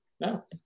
No